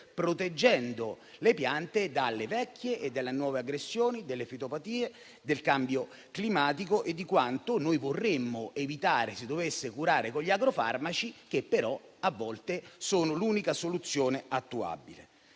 proteggendo le piante dalle vecchie e nuove aggressioni, dalle fitopatie, dal cambio climatico e da quanto noi vorremmo evitare di curare con gli agrofarmaci, che però talvolta sono l'unica soluzione attuale.